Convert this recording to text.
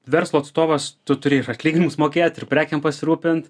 verslo atstovas tu turi ir atlyginimus mokėt ir prekėm pasirūpint